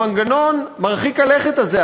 המנגנון מרחיק הלכת הזה,